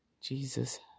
Jesus